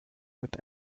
with